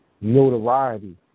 notoriety